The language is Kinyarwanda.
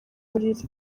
buriri